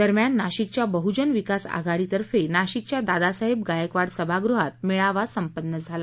दरम्यान नाशिकच्या बहुजन विकास आघडीतर्फे नाशिकच्या दादासाहेब गायकवाड सभागृहात मेळावा संपन्न झाला